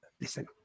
listen